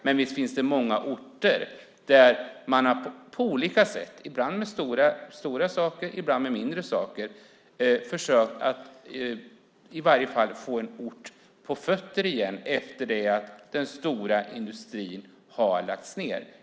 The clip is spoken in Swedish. Men visst finns det många orter där man på olika sätt, ibland med stora saker, ibland med mindre saker, försökt att i varje fall få en ort på fötter igen efter det att den stora industrin har lagts ned.